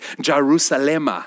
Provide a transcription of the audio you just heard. Jerusalem